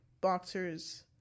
boxers